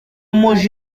muje